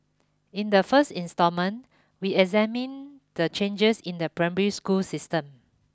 in the first instalment we examine the changes in the primary school system